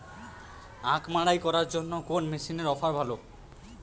আখ মাড়াই করার জন্য কোন মেশিনের অফার ভালো?